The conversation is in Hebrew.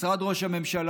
משרד ראש הממשלה,